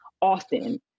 often